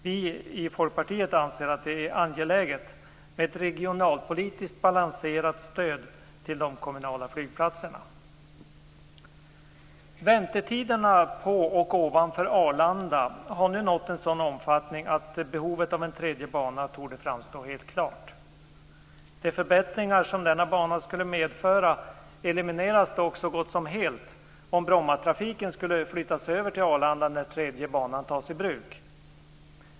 Vi i Folkpartiet anser att det är angeläget med ett regionalpolitiskt balanserat stöd till de kommunala flygplatserna. Väntetiderna på och ovanför Arlanda har nu nått en sådan omfattning att behovet av en tredje bana torde framstå helt klart. De förbättringar som denna bana skulle medföra elimineras dock så gott som helt om Brommatrafiken skulle flyttas över till Arlanda när tredje banan tas i bruk.